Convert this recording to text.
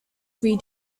free